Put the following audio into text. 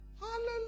Hallelujah